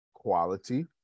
Quality